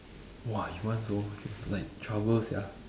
!wah! you want so like trouble sia